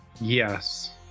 yes